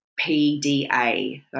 PDA